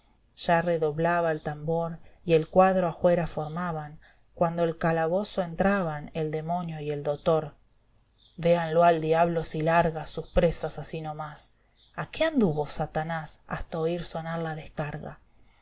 ya redoblaba el tambor y el cuadro ajuera formaban cuando al calabozo entraban el demonio y el dotor véanlo al diablo si larga sus presas así no más i a qué anduvo satanás hasta oír sonar la descarga